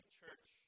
church